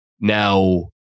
Now